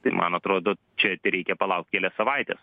tai man atrodo čia tereikia palaukt kelias savaites